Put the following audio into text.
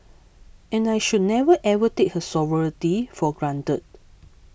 and I should never ever take her sovereignty for granted